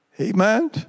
Amen